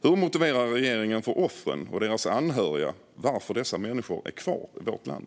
Hur motiverar regeringen för offren och deras anhöriga att dessa människor är kvar i vårt land?